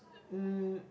mm